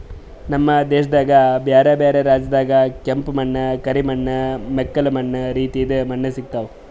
ನಮ್ ದೇಶದಾಗ್ ಬ್ಯಾರೆ ಬ್ಯಾರೆ ರಾಜ್ಯದಾಗ್ ಕೆಂಪ ಮಣ್ಣ, ಕರಿ ಮಣ್ಣ, ಮೆಕ್ಕಲು ಮಣ್ಣ ರೀತಿದು ಮಣ್ಣ ಸಿಗತಾವ್